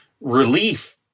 relief